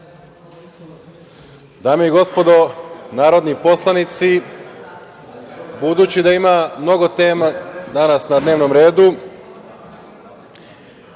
Dame i gospodo narodni poslanici, budući da ima mnogo tema danas na dnevnom redu,